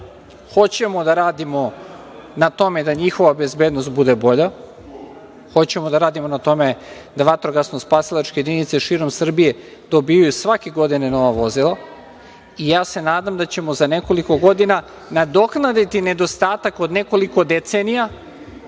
Hoćemo da radimo na tome da njihova bezbednost bude bolja. Hoćemo da radimo na tome da vatrogasno-spasilačke jedinice širom Srbije dobijaju svake godine nova vozila i ja se nadam da ćemo za nekoliko godina nadoknaditi nedostatak od nekoliko decenija